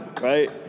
right